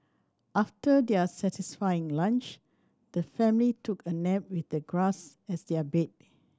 after their satisfying lunch the family took a nap with the grass as their bed